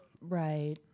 Right